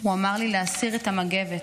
הוא אמר לי להסיר את המגבת,